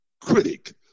critic